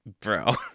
bro